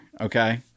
Okay